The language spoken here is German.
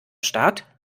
start